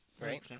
Right